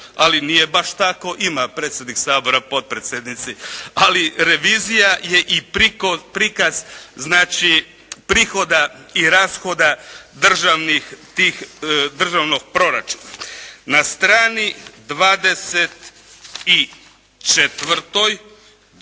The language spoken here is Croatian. Ali nije baš tako. Ima predsjednik Sabora, potpredsjednici. Ali revizija je i prikaz znači prihoda i rashoda državnih tih proračuna. Na strani 24